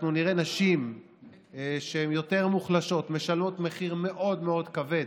אנחנו נראה נשים שהן יותר מוחלשות משלמות מחיר מאוד מאוד כבד,